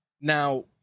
Now